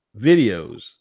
videos